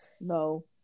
No